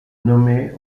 nommé